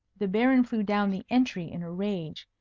the baron flew down the entry in a rage.